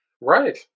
Right